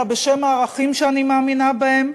אלא בשם הערכים שאני מאמינה בהם.